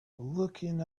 looking